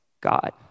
God